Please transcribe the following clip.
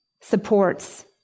supports